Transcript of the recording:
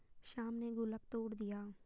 श्याम ने गुल्लक तोड़ दिया